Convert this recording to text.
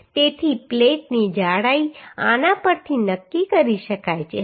તેથી પ્લેટની જાડાઈ આના પરથી નક્કી કરી શકાય છે